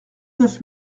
neuf